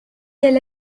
elle